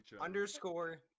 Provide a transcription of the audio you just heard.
underscore